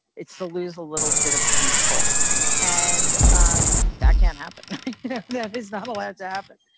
it's to lose a little bit of control and um that can happen that is not allowed to happen.